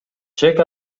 чек